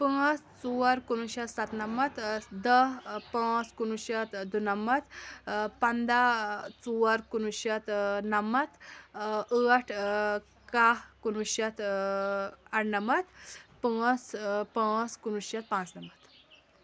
پانٛژھ ژور کُنہٕ وُہ شیٚتھ سَتہٕ نمتھ دٔہ پانٛژھ کُنہٕ وُہ شیٚتھ دُنَمَتھ پَنداہ ژور کُنہٕ وُہ شیٚتھ نَمَتھ ٲٹھ کاہہ کُنہٕ وُہ شیٚتھ اَرنَمَتھ پاژھ پانٛژھ کُنہٕ وُہ شیٚتھ پانٛژٕنَمَتھ